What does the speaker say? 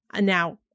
Now